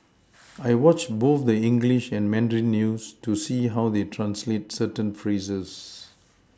I watch both the English and Mandarin news to see how they translate certain phrases